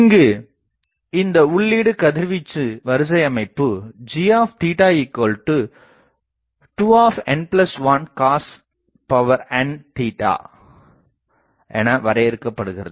இங்கு இந்த உள்ளீடு கதிர்வீச்சு வரிசை அமைப்பு g2n1 cosn என வரையறுக்கப்படுகிறது